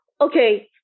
Okay